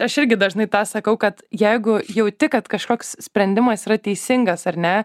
aš irgi dažnai tą sakau kad jeigu jauti kad kažkoks sprendimas yra teisingas ar ne